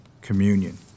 communion